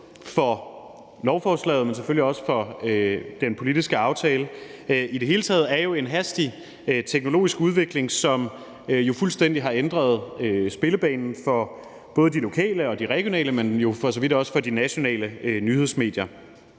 for lovforslaget, men selvfølgelig også for den politiske aftale i det hele taget, er jo en hastig teknologisk udvikling, som fuldstændig har ændret spillebanen for både de lokale og de regionale, men jo for så vidt også for de nationale nyhedsmedier.